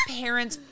parents